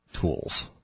tools